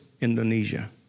Indonesia